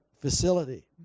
facility